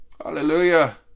Hallelujah